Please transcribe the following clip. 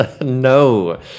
No